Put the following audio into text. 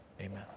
Amen